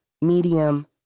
medium